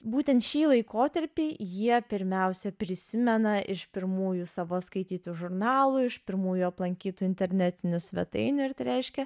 būtent šį laikotarpį jie pirmiausia prisimena iš pirmųjų savo skaitytų žurnalų iš pirmųjų aplankytų internetinių svetainių ir tai reiškia